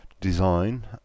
design